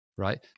right